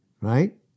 right